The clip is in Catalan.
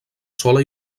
sola